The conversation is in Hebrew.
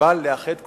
אבל לאחד כוחות.